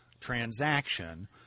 transaction